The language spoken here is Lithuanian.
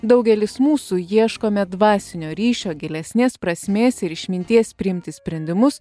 daugelis mūsų ieškome dvasinio ryšio gilesnės prasmės ir išminties priimti sprendimus